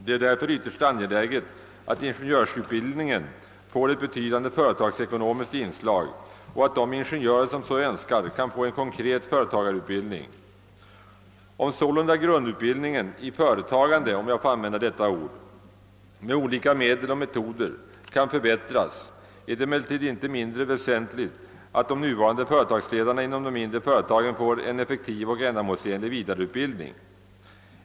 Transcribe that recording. Det är därför ytterst angeläget att ingenjörsutbildningen ges ett betydande företagsekonomiskt inslag och att de ingenjörer som så önskar kan få en konkret företagareutbildning. Om sålunda grundutbildningen i »företagande» med olika medel och metoder kan förbättras, är det emellertid inte mindre väsentligt att de nuvarande företagsledarna inom de mindre företagen får en effektiv och ändamålsenlig vidareutbildning.